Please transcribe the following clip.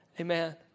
Amen